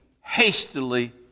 hastily